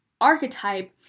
archetype